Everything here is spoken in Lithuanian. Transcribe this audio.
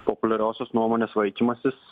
populiariosios nuomonės vaikymasis